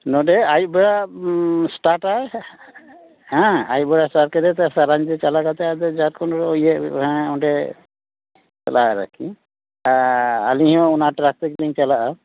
ᱱᱚᱸᱰᱮ ᱟᱹᱭᱩᱵ ᱮᱢ ᱮᱥᱴᱟᱴᱟ ᱦᱮᱸ ᱟᱹᱭᱩᱵ ᱵᱮᱲᱟ ᱮᱥᱴᱟᱴ ᱠᱟᱛᱮᱫ ᱥᱟᱨᱟ ᱧᱤᱫᱟᱹ ᱪᱟᱞᱟᱣ ᱠᱟᱛᱮ ᱟᱫᱚ ᱡᱷᱟᱲᱠᱷᱚᱸᱰ ᱨᱮ ᱤᱭᱟᱹ ᱚᱸᱰᱮ ᱪᱟᱞᱟᱜᱼᱟ ᱟᱨᱠᱤ ᱟᱹᱞᱤᱧ ᱦᱚᱸ ᱚᱱᱟ ᱴᱮᱨᱟᱠ ᱛᱮᱜᱮ ᱞᱤᱧ ᱪᱟᱞᱟᱜᱼᱟ